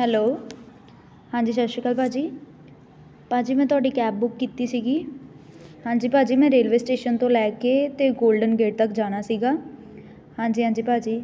hello ਹਾਂਜੀ ਸਤਿ ਸ਼੍ਰੀ ਅਕਾਲ ਭਾਅ ਜੀ ਭਾਅ ਜੀ ਮੈਂ ਤੁਹਾਡੀ ਕੈਬ ਬੁੱਕ ਕੀਤੀ ਸੀਗੀ ਹਾਂਜੀ ਭਾਅ ਜੀ ਮੈਂ ਰੇਲਵੇ ਸਟੇਸ਼ਨ ਤੋਂ ਲੈ ਕੇ ਤੇ ਗੋਲਡਨ ਗੇਟ ਤੱਕ ਜਾਣਾ ਸੀਗਾ ਹਾਂਜੀ ਹਾਂਜੀ ਭਾਅ ਜੀ